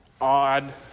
odd